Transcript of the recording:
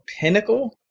Pinnacle